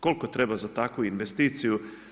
Koliko treba za takvu investiciju?